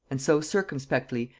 and so circumspectly,